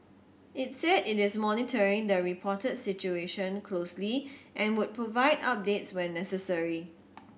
it said it is monitoring the reported situation closely and would provide updates when necessary